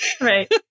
Right